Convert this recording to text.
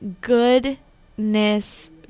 goodness